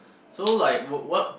so like what